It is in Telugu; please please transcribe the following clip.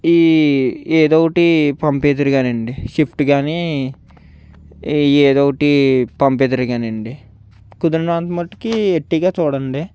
ఈ ఏదో ఒకటి పంపిద్దురు కానివ్వండి షిఫ్ట్ కానీ ఏదో ఒకటి పంపిద్దురు కానివ్వండి కుదిరినంత మట్టుకి ఎర్టిగా చూడండి